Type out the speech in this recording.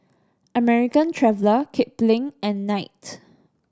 American Traveller Kipling and Knight